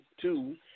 Two